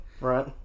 right